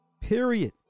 Period